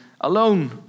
alone